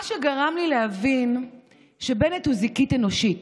מה שגרם לי להבין שבנט הוא זיקית אנושית.